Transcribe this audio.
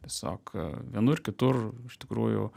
tiesiog vienur kitur iš tikrųjų